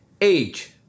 Age